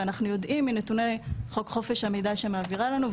ואנחנו יודעים מנתוני חוק חופש המידע שמעבירה לנו,